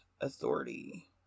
authority